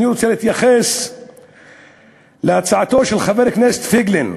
רוצה להתייחס להצעתו של חבר הכנסת פייגלין.